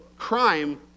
crime